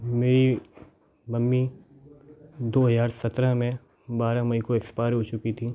मेरी मम्मी दो हज़ार सत्रह में बारह मई को एक्सपायर हो चुकीं थीं